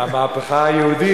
המהפכה היהודית.